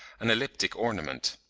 an elliptic ornament.